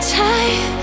time